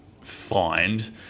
find